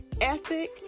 Ethic